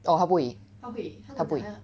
orh 他不会他不会